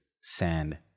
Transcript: sand